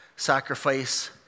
sacrifice